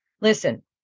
Listen